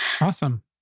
Awesome